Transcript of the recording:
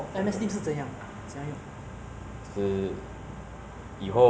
你去 ah 开那个 session 然后每一个人进来